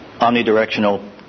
omnidirectional